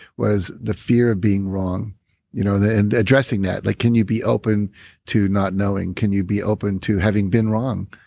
was the fear of being wrong you know and addressing that like, can you be open to not knowing? can you be open to having been wrong?